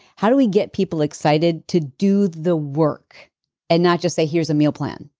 how do we get people excited to do the work and not just say here's a meal plan?